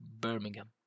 birmingham